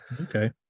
Okay